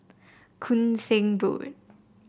Koon Seng Road